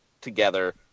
together